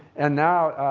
and now